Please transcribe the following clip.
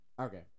Okay